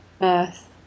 birth